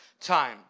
time